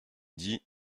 dit